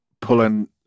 pulling